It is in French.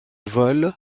vol